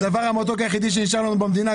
הדבר המתוק היחיד שנשאר לנו במדינה,